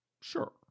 Sure